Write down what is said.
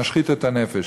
להשחית את הנפש.